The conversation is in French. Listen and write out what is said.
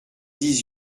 dix